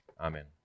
Amen